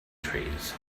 trees